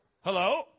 Hello